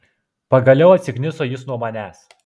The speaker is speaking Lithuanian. pagaliau atsikniso jis nuo manęs